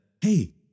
hey